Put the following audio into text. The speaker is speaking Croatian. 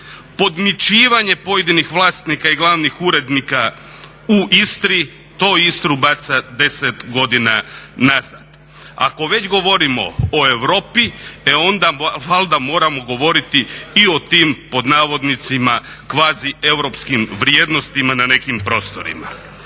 podmićivanje pojedinih vlasnika i glavnih urednika u Istri, to Istru baca 10 godina nazad. Ako već govorimo o Europi e onda valjda moramo govoriti i o tim "kvazieuropskim" vrijednostima na nekim prostorima.